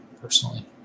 personally